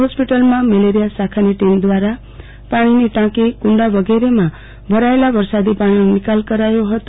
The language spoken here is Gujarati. હોસ્પિટલમાં મેલેરીયા શાખાની ટીમ દ્રારા પાણીની ટાંકી કુંડા વગેરેમાં ભરાયેલા વરસાદી પાણીનો નિકાલ કરાયો હતો